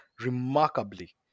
remarkably